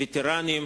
וטרנים,